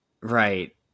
Right